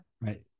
Right